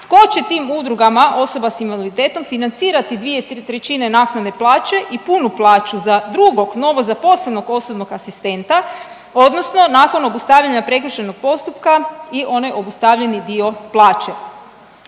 tko će tim udrugama osoba s invaliditetom financirati 2/3 naknade plaće i punu plaću za drugog novozaposlenog osobnog asistenta odnosno nakon obustavljanja prekršajnog postupka i onaj obustavljeni dio plaće?